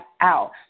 out